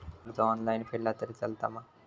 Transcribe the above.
कर्ज ऑनलाइन फेडला तरी चलता मा?